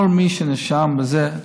לכל מי שנרשם לזה,